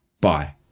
Bye